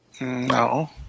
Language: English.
No